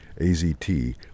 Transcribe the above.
AZT